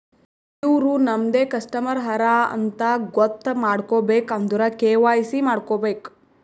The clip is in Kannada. ಇವ್ರು ನಮ್ದೆ ಕಸ್ಟಮರ್ ಹರಾ ಅಂತ್ ಗೊತ್ತ ಮಾಡ್ಕೋಬೇಕ್ ಅಂದುರ್ ಕೆ.ವೈ.ಸಿ ಮಾಡ್ಕೋಬೇಕ್